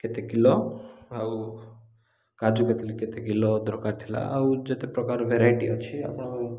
କେତେ କିଲୋ ଆଉ କାଜୁ କତ୍ଲି କେତେ କିଲୋ ଦରକାର ଥିଲା ଆଉ ଯେତେ ପ୍ରକାର ଭେରାଇଟି ଅଛି ଆପଣ